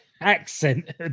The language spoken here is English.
accent